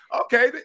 Okay